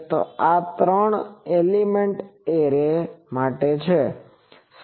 તો આ ત્રણ એલિમેન્ટ એરે માટે છે